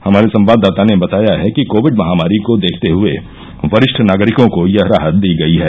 हमारे संवाददाता ने बताया है कि कोविड महामारी को देखते हुए वरिष्ठ नागरिकों को यह राहत दी गई है